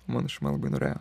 mano šeima labai norėjo